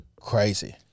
crazy